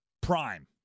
prime